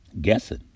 guessing